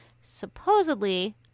supposedly